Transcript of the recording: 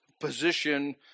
position